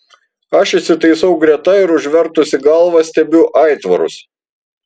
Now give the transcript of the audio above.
aš įsitaisau greta ir užvertusi galvą stebiu aitvarus